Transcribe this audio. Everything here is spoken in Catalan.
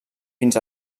fins